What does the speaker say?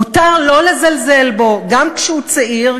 מותר לא לזלזל בו גם כשהוא צעיר,